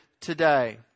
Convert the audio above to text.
today